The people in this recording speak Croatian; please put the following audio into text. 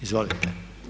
Izvolite.